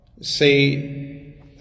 say